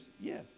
yes